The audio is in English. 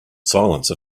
silence